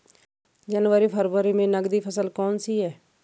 जनवरी फरवरी में नकदी फसल कौनसी है?